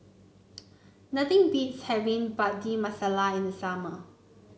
nothing beats having Bhindi Masala in the summer